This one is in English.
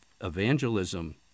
evangelism